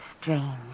strange